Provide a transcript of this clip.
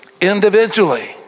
individually